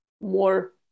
more